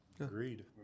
Agreed